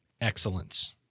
excellence